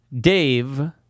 Dave